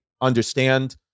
understand